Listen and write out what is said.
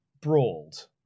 brawled